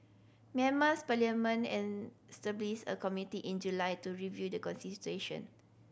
Myanmar's parliament established a committee in July to review the constitution